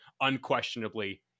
unquestionably